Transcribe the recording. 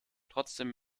trotzdem